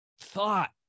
thought